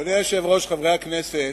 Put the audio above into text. אדוני היושב-ראש, חברי הכנסת,